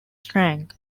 strang